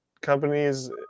companies